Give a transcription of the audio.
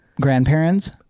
grandparents